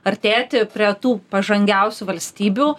artėti prie tų pažangiausių valstybių